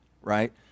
right